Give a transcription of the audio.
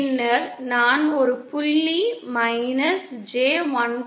பின்னர் நான் ஒரு புள்ளி மைனஸ் J 1